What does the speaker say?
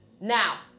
Now